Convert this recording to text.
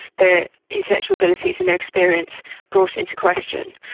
their intellectual abilities, and their experience brought into question.